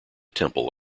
temple